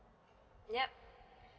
yup